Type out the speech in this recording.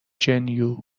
gen